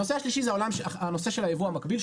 הנושא השלישי זה הנושא של היבוא המקביל,